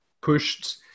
pushed